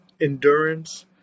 endurance